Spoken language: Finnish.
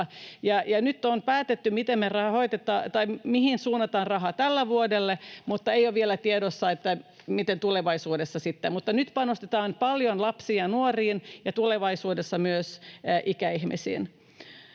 Nyt on päätetty, mihin suunnataan rahaa tälle vuodelle, mutta ei ole vielä tiedossa, miten tulevaisuudessa sitten. Nyt panostetaan paljon lapsiin ja nuoriin ja tulevaisuudessa myös ikäihmisiin.